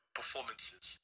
performances